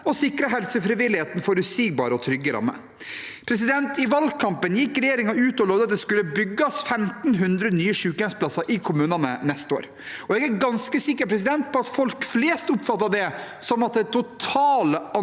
og sikret helsefrivilligheten forutsigbare og trygge rammer. I valgkampen gikk regjeringen ut og lovet at det skulle bygges 1 500 nye sykehjemsplasser i kommunene neste år. Jeg er ganske sikker på at folk flest oppfatter det slik at det totale antallet